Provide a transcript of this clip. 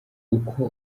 uko